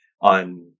on